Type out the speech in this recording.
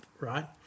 right